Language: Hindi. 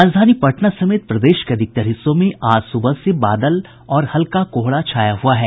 राजधानी पटना समेत प्रदेश के अधिकतर हिस्सों में आज सुबह से बादल और हल्का कोहरा छाया हुआ है